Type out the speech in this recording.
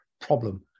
problem